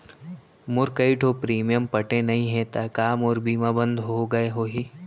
मोर कई ठो प्रीमियम पटे नई हे ता का मोर बीमा बंद हो गए होही?